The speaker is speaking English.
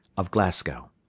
of glasgow.